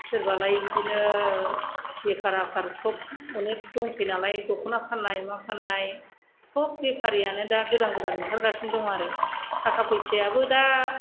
सोरबालाय बिदिनो बेफार आफार सब अनेक दंसैनालाय दखना फाननाय मा फाननाय सब बेफारियानो दा गोदान गोदान ओंखारगासिनो दं आरो थाखा फैसायाबो दा